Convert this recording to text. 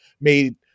made